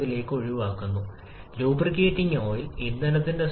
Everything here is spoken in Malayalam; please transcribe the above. അനുയോജ്യമായ വാതകത്തിൽ നിന്നാണ് ഇപ്പോൾ ഫലങ്ങൾ വരുന്നത് സംസ്ഥാനത്തിന്റെ സമവാക്യം